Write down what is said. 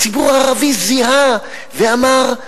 הציבור הערבי זיהה ואמר: